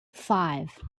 five